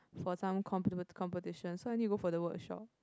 for some com~ competition so I need to go for the workshop